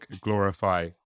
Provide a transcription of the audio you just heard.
glorify